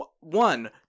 one